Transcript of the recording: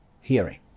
hearing